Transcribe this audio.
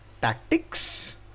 tactics